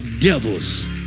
devils